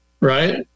right